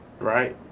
right